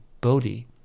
Bodhi